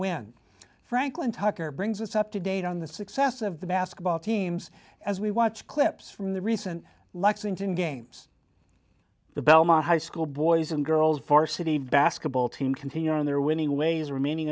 when franklin tucker brings us up to date on the success of the basketball teams as we watch clips from the recent lexington games the belmont high school boys and girls varsity basketball team continue on their winning ways remaining